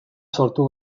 sortu